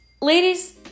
Ladies